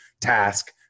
task